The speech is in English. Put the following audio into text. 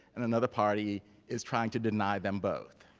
and another party is trying to deny them both.